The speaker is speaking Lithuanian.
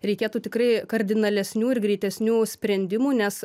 reikėtų tikrai kardinalesnių ir greitesnių sprendimų nes